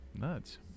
Nuts